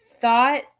thought